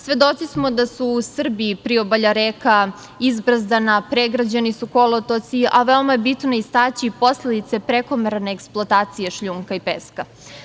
Svedoci smo da su Srbi priobalja reka, izbrazdana, pregrađeni su kolotoci, a veoma je bitno istaći posledice prekomerne eksploatacije šljunka i peska.